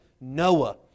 Noah